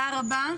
רבה.